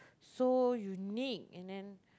so unique and then